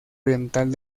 oriental